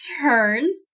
turns